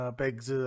pegs